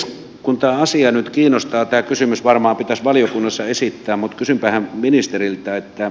kun tämä asia nyt kiinnostaa tämä kysymys varmaan pitäisi valiokunnassa esittää mutta kysynpähän ministeriltä